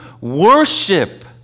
worship